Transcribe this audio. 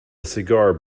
cigar